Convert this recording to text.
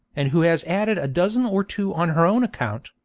and who has added a dozen or two on her own account,